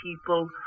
people